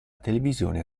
televisione